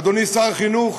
אדוני שר החינוך,